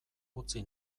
utzi